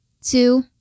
two